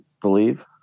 believe